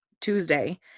Tuesday